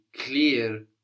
clear